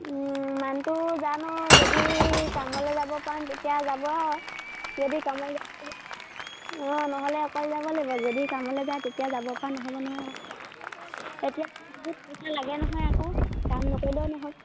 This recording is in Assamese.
মানুহটো জানো যদি কামলৈ যাব পাৰো তেতিয়া যাব আৰু যদি কামলৈ যাবলগীয়া হয় অঁ নহ'লে অকলে যাব লাগিব যদি কামলৈ যায় তেতিয়া যাব পৰা নহ'ব নহয় আকৌ তেতিয়া পইচা লাগে নহয় আকৌ কাম নকৰিলেও নহয়